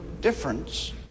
difference